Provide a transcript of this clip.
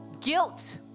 guilt